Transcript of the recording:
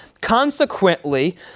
Consequently